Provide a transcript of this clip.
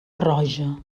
roja